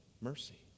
mercy